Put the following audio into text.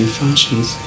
functions